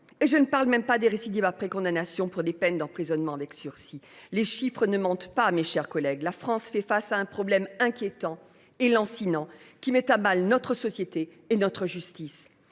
Et je ne parle même pas des récidives après condamnations pour des peines d’emprisonnement avec sursis. Les chiffres ne mentent pas, mes chers collègues, la France fait face à un problème inquiétant et lancinant, qui met à mal notre société et notre justice.